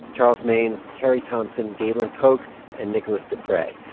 charles maynes, carrie thompson, galen koch and nicholas dupre.